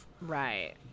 Right